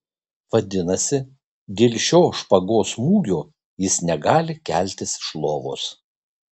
vadinasi dėl šio špagos smūgio jis negali keltis iš lovos